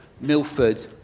Milford